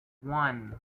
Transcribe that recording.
one